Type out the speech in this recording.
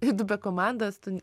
jei tu be komandas tu